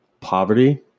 poverty